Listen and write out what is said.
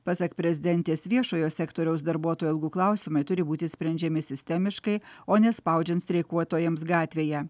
pasak prezidentės viešojo sektoriaus darbuotojų algų klausimai turi būti sprendžiami sistemiškai o ne spaudžiant streikuotojams gatvėje